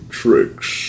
tricks